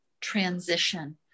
transition